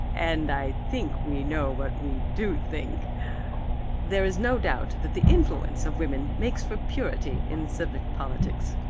and i think we know what we do think there is no doubt that the influence of women makes for purity in civic politics.